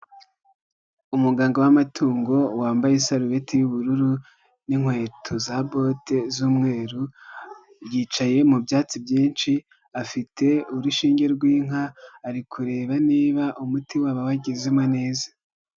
Umuganga w'amatungo wambaye isarubeti y'ubururu n'inkweto za bote z'umweru yicaye mu byatsi byinshi, afite urushinge rw'inka ari kureba niba umuti waba wagezemo neza.